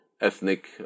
ethnic